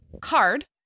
card